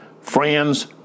friends